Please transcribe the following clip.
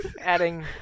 adding